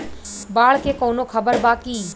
बाढ़ के कवनों खबर बा की?